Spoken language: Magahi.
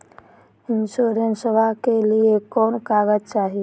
इंसोरेंसबा के लिए कौन कागज चाही?